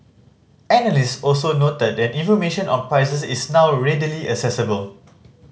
analyst also noted that information on prices is now readily accessible